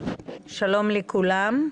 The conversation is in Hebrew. שלום לכולם.